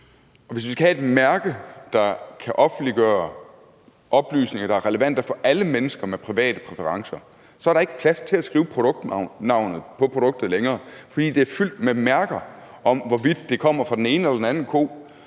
hvis vi skal have et mærke, der kan offentliggøre oplysninger, der er relevante for alle mennesker med private præferencer, er der ikke længere plads til at skrive produktnavnet på produktet, fordi det vil være fyldt med mærker om, hvorvidt det kommer fra den ene eller anden ko,